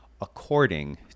according